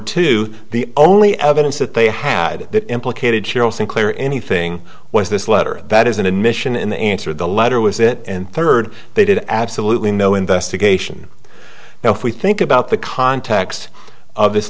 two the only evidence that they had that implicated cheryl sinclair anything was this letter that is an admission in the answer the letter was it and third they did absolutely no investigation now if we think about the context of this